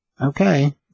Okay